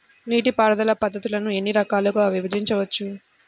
నీటిపారుదల పద్ధతులను ఎన్ని రకాలుగా విభజించవచ్చు?